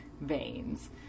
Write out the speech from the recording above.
veins